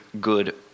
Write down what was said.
good